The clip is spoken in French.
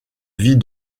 vie